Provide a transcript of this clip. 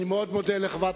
אני מאוד מודה לחברת